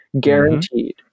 guaranteed